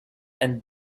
and